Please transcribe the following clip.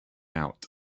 out